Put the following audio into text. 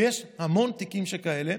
ויש המון תיקים כאלה.